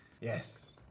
Yes